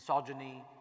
misogyny